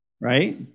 Right